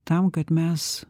tam kad mes